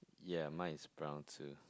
ya mine is brown too